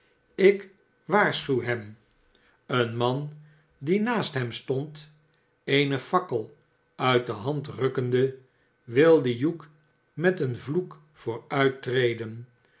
ik waarschuw hem een man die naast hem stond eene fakkel uit de hand rukkende wilde hugh met een vloek